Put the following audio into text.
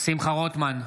שמחה רוטמן,